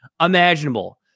imaginable